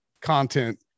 content